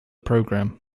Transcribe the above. program